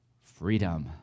freedom